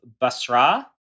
Basra